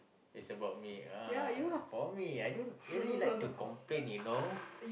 it's about me ah for me I don't really like to complain you know